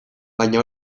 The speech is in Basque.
baina